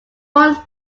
one